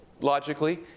logically